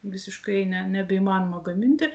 visiškai ne nebeįmanoma gaminti